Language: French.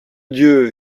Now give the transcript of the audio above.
dieu